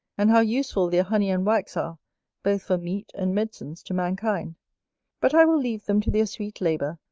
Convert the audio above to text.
and how useful their honey and wax are both for meat and medicines to mankind but i will leave them to their sweet labour,